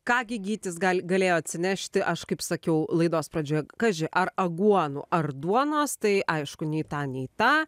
ką gi gytis gal galėjo atsinešti aš kaip sakiau laidos pradžioje kaži ar aguonų ar duonos tai aišku nei tą nei tą